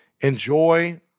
Enjoy